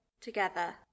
Together